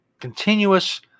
continuous